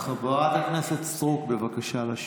חברת הכנסת סטרוק, אף אחד לא הפריע לך.